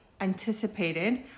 anticipated